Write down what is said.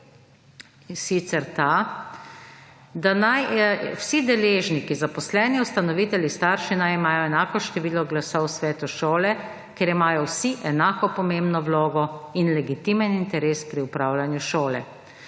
sicer ta, da naj vsi deležniki – zaposleni, ustanovitelj, starši – imajo enako število glasov v svetu šole, ker imajo vsi enako pomembno vlogo in legitimen interes pri upravljanju šole.